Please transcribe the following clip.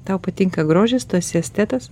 tau patinka grožis tu esi estetas